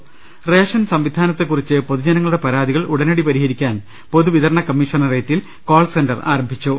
ലലലലലല ration സംവിധാനത്തെക്കുറിച്ച് പൊതുജനങ്ങളുടെ പരാതികൾ ഉടനടി പരിഹരിക്കാൻ പൊതുവിതരണ കമ്മീ ഷറേറ്റിൽ കോൾ സെന്റർ ആരംഭിച്ചു